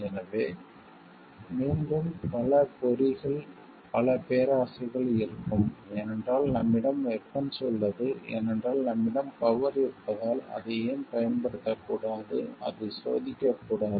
எனவே மீண்டும் பல பொறிகள் பல பேராசைகள் இருக்கும் ஏனென்றால் நம்மிடம் வெபன்ஸ் உள்ளது ஏனென்றால் நம்மிடம் பவர் இருப்பதால் அதை ஏன் பயன்படுத்தக்கூடாது அதை சோதிக்கக்கூடாது